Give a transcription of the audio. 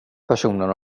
personen